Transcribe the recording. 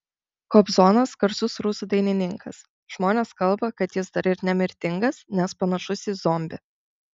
kobzonas garsus rusų dainininkas žmonės kalba kad jis dar ir nemirtingas nes panašus į zombį